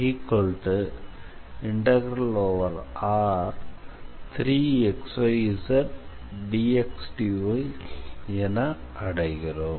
ndS∫R3xyzdxdyz∫R3xyzdxdy என அடைகிறோம்